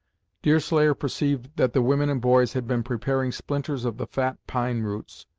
deerslayer perceived that the women and boys had been preparing splinters of the fat pine roots,